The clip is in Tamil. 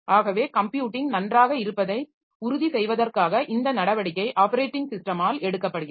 ஆகவே கம்ப்யூட்டிங் நன்றாக இருப்பதை உறுதி செய்வதற்காக இந்த நடவடிக்கை ஆப்பரேட்டிங் ஸிஸ்டமால் எடுக்கப்படுகிறது